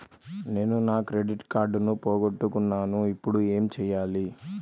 నేను నా క్రెడిట్ కార్డును పోగొట్టుకున్నాను ఇపుడు ఏం చేయాలి?